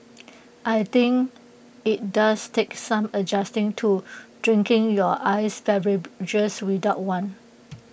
I think IT does take some adjusting to drinking your iced beverages without one